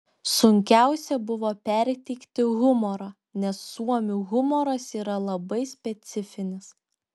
sunkiausia buvo perteikti humorą nes suomių humoras yra labai specifinis